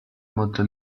molto